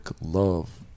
love